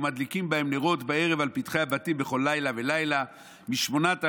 ומדליקין בהם הנרות בערב על פתחי הבתים בכל לילה ולילה משמונת הלילות,